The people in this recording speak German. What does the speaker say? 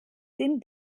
den